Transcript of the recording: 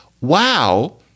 wow